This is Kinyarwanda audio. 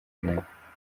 ijana